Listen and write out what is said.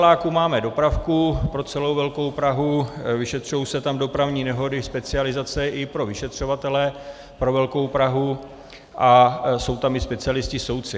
Na Karláku máme dopravku pro celou velkou Prahu, vyšetřují se tam dopravní nehody, specializace i pro vyšetřovatele pro velkou Prahu a jsou tam i specialisté soudci.